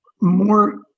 more